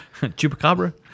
Chupacabra